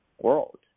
world